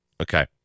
Okay